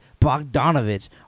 Bogdanovich